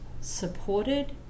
supported